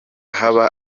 haba